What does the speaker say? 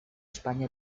españa